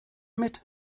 mit